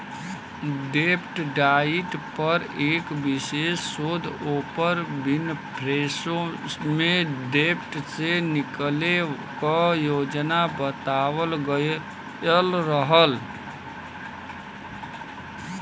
डेब्ट डाइट पर एक विशेष शोध ओपर विनफ्रेशो में डेब्ट से निकले क योजना बतावल गयल रहल